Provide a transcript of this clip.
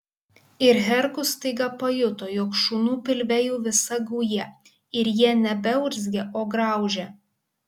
ir herkus staiga pajuto jog šunų pilve jau visa gauja ir jie nebeurzgia o graužia